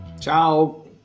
Ciao